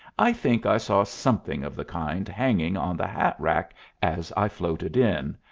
i think i saw something of the kind hanging on the hat-rack as i floated in.